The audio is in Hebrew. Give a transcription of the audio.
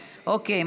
אוקיי.